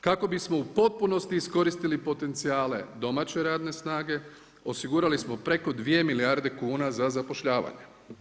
Kako bismo u potpunosti iskoristili potencijale domaće radne snage, osigurali smo preko 2 milijarde kuna za zapošljavanje.